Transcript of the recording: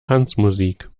tanzmusik